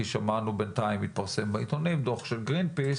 שמענו בינתיים התפרסם בעיתונים דוח של גרינפיס